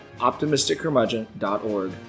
optimisticcurmudgeon.org